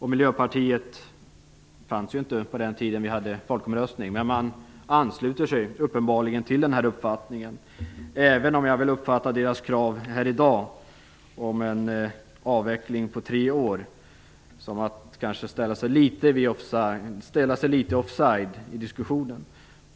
Miljöpartiet fanns ju inte när vi hade folkomröstning, men miljöpartisterna ansluter sig uppenbarligen till den här uppfattningen, även om jag uppfattar deras krav här i dag om en avveckling på tre år så att de ställer sig litet offside i diskussionen.